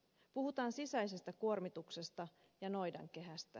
puhutaan sisäisestä kuormituksesta ja noidankehästä